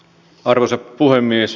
arvoisa puhemies